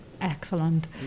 excellent